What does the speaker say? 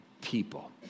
people